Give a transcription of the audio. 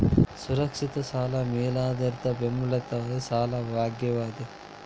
ಸುರಕ್ಷಿತ ಸಾಲ ಮೇಲಾಧಾರದಿಂದ ಬೆಂಬಲಿತ ಸಾಲವಾಗ್ಯಾದ